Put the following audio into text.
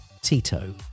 Tito